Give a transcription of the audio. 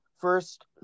first